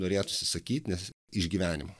norėtųsi sakyt nes išgyvenimų